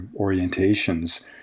orientations